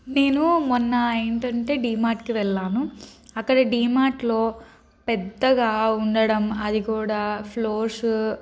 నేను మొన్న ఏంటంటే డీమార్ట్కి వెళ్ళాను అక్కడ డీమార్ట్లో పెద్దగా ఉండడం అది కూడా ఫ్లోర్స్